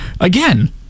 again